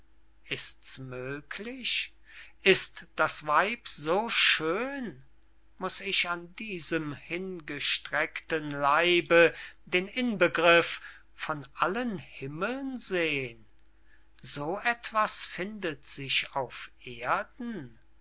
ist's möglich ist das weib so schön muß ich an diesem hingestreckten leibe den inbegriff von allen himmeln sehn so etwas findet sich auf erden